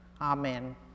Amen